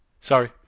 Sorry